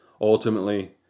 ultimately